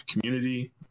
community